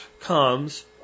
comes